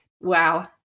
Wow